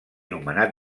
nomenar